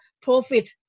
profit